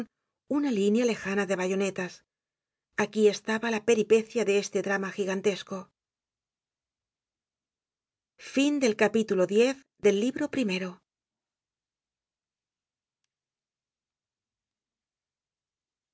una línea lejana de bayonetas aquí estaba la peripecia de este drama gigantesco